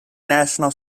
national